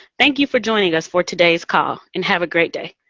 thank you for joining us for today's call. and have a great day.